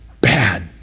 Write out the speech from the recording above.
Bad